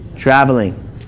Traveling